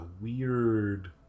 weird